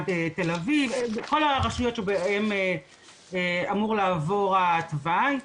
עד תל אביב, כל הרשויות שבהן אמור לעבור התוואי,